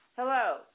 Hello